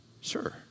Sure